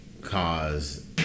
cause